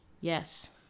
Yes